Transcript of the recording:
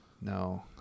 No